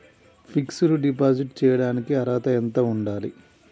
Fix డ్ deposit చేయటానికి అర్హత ఎంత ఉండాలి?